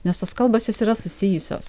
nes tos kalbos jos yra susijusios